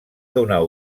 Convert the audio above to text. donar